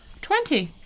Twenty